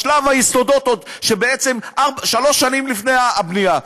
בשלב היסודות, שלוש שנים לפני הבנייה?